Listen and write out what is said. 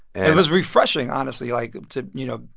and it was refreshing, honestly, like, to, you know.